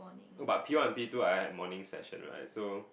no P one and P two I had morning session right so